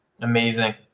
Amazing